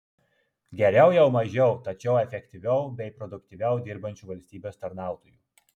geriau jau mažiau tačiau efektyviau bei produktyviau dirbančių valstybės tarnautojų